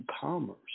commerce